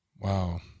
Wow